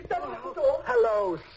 hello